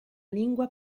lingua